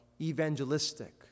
evangelistic